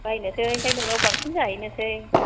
बायनोसै ओमफ्राय नोंनाव बांसिन जाहैनोसै